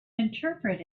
interpret